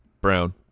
Brown